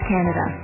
Canada